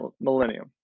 millennium